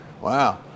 Wow